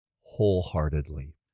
wholeheartedly